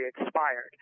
expired